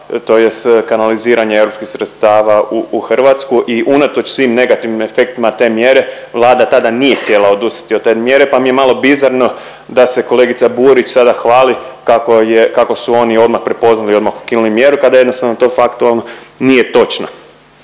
tj. kanaliziranje europskih sredstava u Hrvatsku i unatoč svim negativnim efektima te mjere, Vlada tada nije htjela odustati od te mjere pa mi je malo bizarno da se kolegica Burić sada hvali kako je, kako su oni odmah prepoznali, odmah ukinuli mjeru, kada jednostavno do faktualno nije točno.